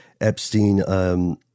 Epstein—